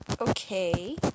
Okay